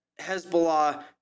Hezbollah